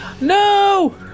No